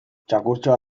txakurtxoa